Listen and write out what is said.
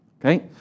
Okay